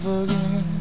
again